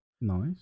Nice